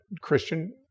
Christian